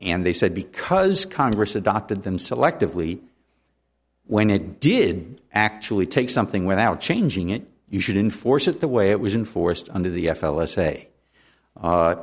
and they said because congress adopted them selectively when it did actually take something without changing it you should enforce it the way it was inforced under the f l s say